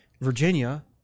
Virginia